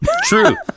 True